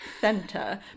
center